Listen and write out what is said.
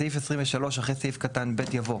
בסעיף ,23 אחרי סעיף קטן (ב)( יבוא: